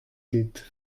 ket